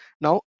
now